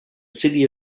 city